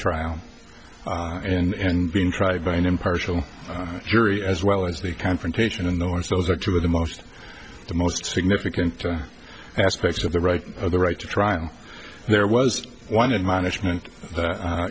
trial and being tried by an impartial jury as well as the confrontation in the ones those are two of the most the most significant aspect of the right of the right to trial there was one in management